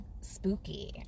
spooky